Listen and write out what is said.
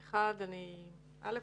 א',